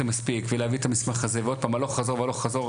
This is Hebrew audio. מספיק ולהביא את המסמך הזה ועוד פעם הלוך חזור והלוך חזור,